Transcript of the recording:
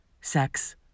sex